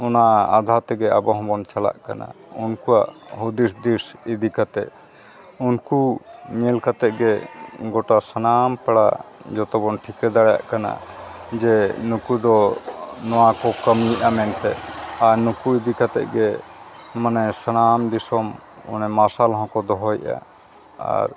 ᱚᱱᱟ ᱟᱫᱷᱟᱨ ᱛᱮᱜᱮ ᱟᱵᱚ ᱦᱚᱸᱵᱚᱱ ᱪᱟᱠᱟᱜ ᱠᱟᱱᱟ ᱩᱱᱠᱩᱣᱟᱜ ᱦᱩᱫᱤᱥ ᱫᱤᱥ ᱤᱫᱤ ᱠᱟᱛᱮᱫ ᱩᱱᱠᱩ ᱧᱮᱞ ᱠᱟᱛᱮᱫ ᱜᱮ ᱜᱳᱴᱟ ᱥᱟᱱᱟᱢ ᱯᱟᱲᱟ ᱡᱚᱛᱚ ᱵᱚᱱ ᱴᱷᱤᱠᱟᱹ ᱫᱟᱲᱮᱭᱟᱜ ᱠᱟᱱᱟ ᱡᱮ ᱱᱩᱠᱩ ᱫᱚ ᱱᱚᱣᱟ ᱠᱚ ᱠᱟᱹᱢᱤᱭᱮᱫᱼᱟ ᱢᱮᱱᱛᱮ ᱟᱨ ᱱᱩᱠᱩ ᱤᱫᱤ ᱠᱟᱛᱮᱫ ᱜᱮ ᱢᱟᱱᱮ ᱥᱟᱱᱟᱢ ᱫᱤᱥᱚᱢ ᱚᱱᱮ ᱢᱟᱨᱥᱟᱞ ᱦᱚᱸᱠᱚ ᱫᱚᱦᱚᱭᱮᱫᱼᱟ ᱟᱨ